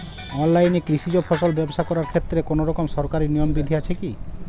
অনলাইনে কৃষিজ ফসল ব্যবসা করার ক্ষেত্রে কোনরকম সরকারি নিয়ম বিধি আছে কি?